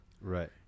Right